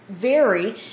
vary